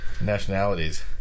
nationalities